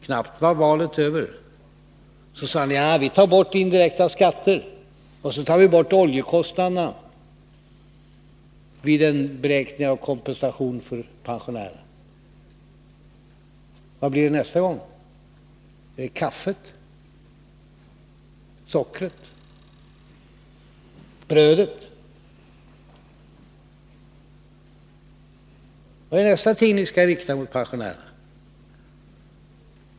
Knappt var valet över så sade ni: Vi tar bort indirekta skatter, vi tar bort oljekostnaderna vid beräkningen av kompensationen för pensionärerna. Vad blir det nästa gång? Blir det kaffet, sockret, brödet? Vad är nästa ting ni skall rikta mot pensionärerna?